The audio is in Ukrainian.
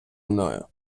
мною